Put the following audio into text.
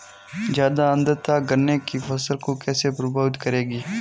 ज़्यादा आर्द्रता गन्ने की फसल को कैसे प्रभावित करेगी?